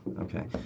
Okay